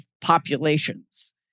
populations